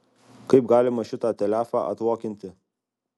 kaip galima šitą telefą atlokinti